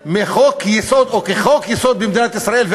מחוק-יסוד או כחוק-יסוד במדינת ישראל,